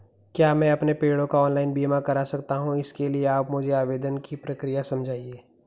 क्या मैं अपने पेड़ों का ऑनलाइन बीमा करा सकता हूँ इसके लिए आप मुझे आवेदन की प्रक्रिया समझाइए?